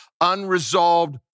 unresolved